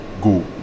go